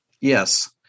Yes